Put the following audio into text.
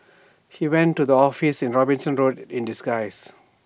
he went to the office in Robinson road in disguise